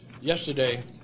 Yesterday